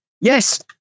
yes